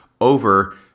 over